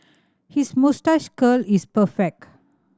his moustache curl is perfect